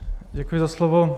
Děkuji za slovo.